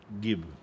give